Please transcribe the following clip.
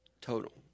Total